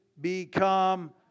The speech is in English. become